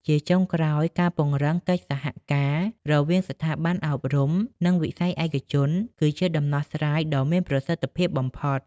ជាចុងក្រោយ ការពង្រឹងកិច្ចសហការរវាងស្ថាប័នអប់រំ និងវិស័យឯកជន គឺជាដំណោះស្រាយដ៏មានប្រសិទ្ធភាពបំផុត។